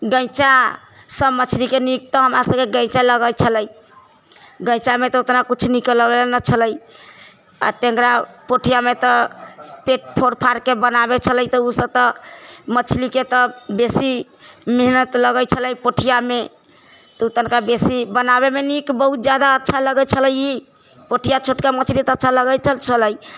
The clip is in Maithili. गैचा सभ मछलीके नीक तऽ हमरा सभकेँ गैचा लगैत छलै गैचामे तऽ ओतेक किछु निकलबे नहि छलै आ टेङ्गरा पोठिआमे तऽ पेट फोड़ फाड़के बनाबे छलै तऽ ओ सभ तऽ मछलीके तऽ बेसी मेहनत लगैत छलै पोठिआमे ओ तनिका बेसी बनाबेमे नीक बहुत जादा अच्छा लागैत छलै ई पोठिआ छोटका मछली तऽ अच्छा लगैते छलै